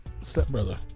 stepbrother